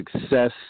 success